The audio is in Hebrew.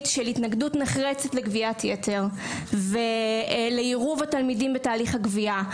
של התנגדות נחרצת לגביית היתר ולעירוב התלמידים בתהליך הגבייה,